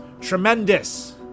tremendous